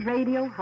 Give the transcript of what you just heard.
Radio